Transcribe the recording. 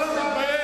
אתה לא מתבייש?